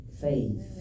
faith